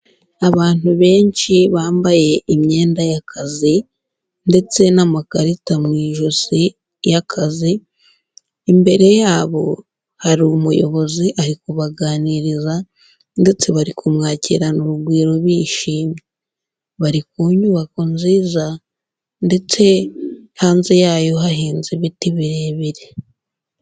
Abantu benshi bambaye imyenda y'akazi ndetse n'amakarita mu ijosi y'akazi, imbere yabo hari umuyobozi ari kubaganiriza ndetse bari kumwakirana urugwiro bishimye, bari ku nyubako nziza ndetse hanze yayo hahinze ibiti birebire.